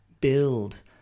build